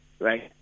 right